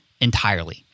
entirely